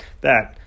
that